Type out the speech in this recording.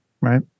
Right